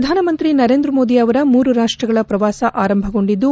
ಪ್ರಧಾನಮಂತ್ರಿ ನರೇಂದ್ರ ಮೋದಿ ಅವರ ಮೂರು ರಾಷ್ಟಗಳ ಪ್ರವಾಸ ಆರಂಭಗೊಂಡಿದ್ದು